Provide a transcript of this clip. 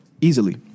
easily